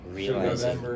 realizing